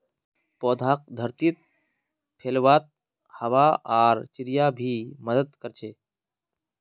पौधाक धरतीत फैलवात हवा आर चिड़िया भी मदद कर छे